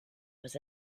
was